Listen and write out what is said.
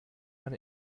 man